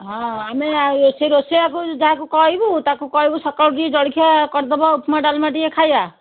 ହଁ ଆମେ ଆଉ ସେଇ ରୋଷେୟା କୁ ଯାହାକୁ କହିବୁ ତା'କୁ କହିବୁ ସକାଳୁ ଟିକେ ଜଳଖିଆ କରିଦେବ ଉପମା ଡାଲ୍ମା ଟିକେ ଖାଇବା